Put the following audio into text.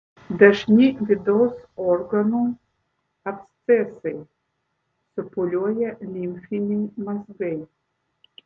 dažni vidaus organų abscesai supūliuoja limfiniai mazgai